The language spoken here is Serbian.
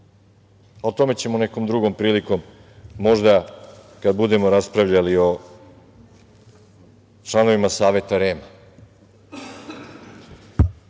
o tome ćemo nekom drugom prilikom, možda kada budemo raspravljali o članovima Saveta